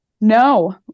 No